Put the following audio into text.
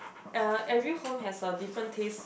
uh every home has a different taste